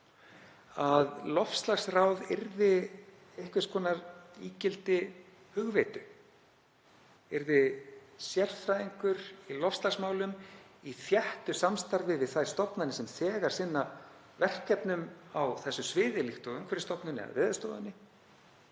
að loftslagsráð yrði einhvers konar ígildi hugvits, yrði sérfræðingur í loftslagsmálum í þéttu samstarfi við þær stofnanir sem þegar sinna verkefnum á þessu sviði líkt og Umhverfisstofnun eða Veðurstofan.